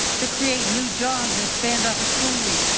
to create new jobs and expand opportunity.